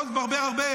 הוא יכול להתברבר הרבה,